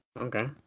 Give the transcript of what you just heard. Okay